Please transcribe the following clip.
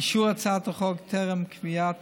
אישור הצעת החוק טרם קביעת